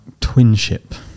twinship